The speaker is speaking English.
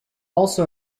also